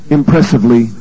impressively